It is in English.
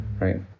right